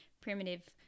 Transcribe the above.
Primitive